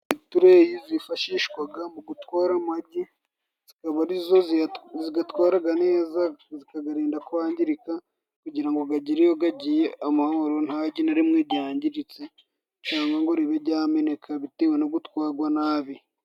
Itureyi zifashishwaga mu gutwara amagi zikaba ari zo zigatwaraga neza zikagarinda kwangirika. Kugira ngo gagire iyogagiye, amahoro ntagi na rimwe ryangiritse, cangwa ngo ribe ryameneka bitewe no gutwagwa nabi.